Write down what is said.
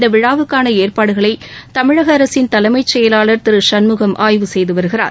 இந்த விழாவுக்கான ஏற்பாடுகளை தமிழக அரசின் தலைமைச் செயலாளர் திரு சண்முகம் ஆய்வு செய்து வருகிறார்